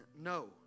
No